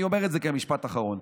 אני אומר את זה כמשפט אחרון: